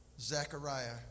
Zechariah